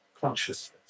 consciousness